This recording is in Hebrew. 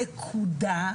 נקודה.